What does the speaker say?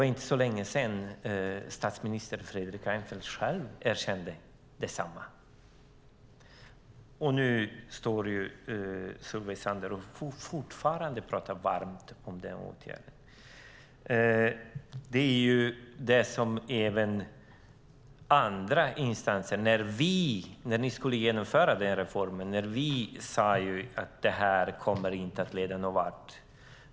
För inte så länge sedan erkände statsminister Fredrik Reinfeldt själv detsamma. Men Solveig Zander står fortfarande och pratar varmt om denna åtgärd. När ni skulle genomföra denna reform sade vi att detta inte skulle leda någonvart.